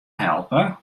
helpe